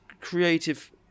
creative